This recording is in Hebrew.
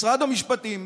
משרד המשפטים,